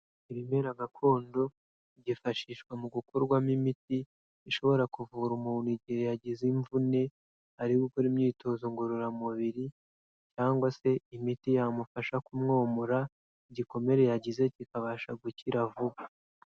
Ibimera gakondo, byifashishwa mu gukorwamo imiti, ishobora kuvura umuntu igihe yagize imvune, ari gukora imyitozo ngororamubiri cyangwa se imiti yamufasha kumwomora, igikomere yagize kikabasha gukira vuba.